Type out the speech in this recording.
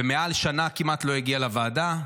ומעל שנה כמעט לא הגיע לוועדה.